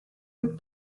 with